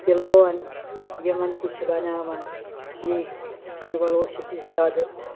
پِلوون یِمن تہِ چھِ بناوان یہ کِرٛوَل اوس ییٚتہِ زیادٕ